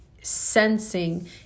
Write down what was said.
sensing